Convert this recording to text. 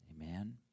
Amen